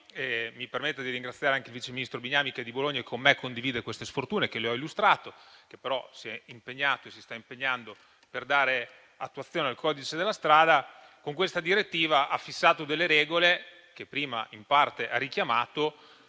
mi permetta di ringraziare anche il vice ministro Bignami, che è di Bologna e che con me condivide queste sfortune che le ho illustrato. Si è, però, impegnato e si sta impegnando per dare attuazione al codice della strada. Con questa direttiva ella ha fissato delle regole, che prima in parte ha richiamato,